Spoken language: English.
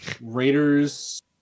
Raiders